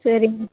சரிங்க